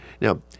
Now